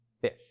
Fish